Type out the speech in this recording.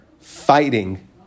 fighting